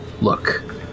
look